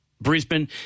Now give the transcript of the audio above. Brisbane